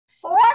Four